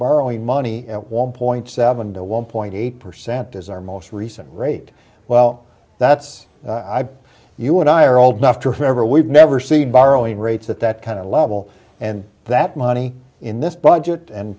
borrowing money at one point seven to one point eight percent is our most recent rate well that's i've you and i are old enough to remember we'd never see borrowing rates at that kind of level and that money in this budget and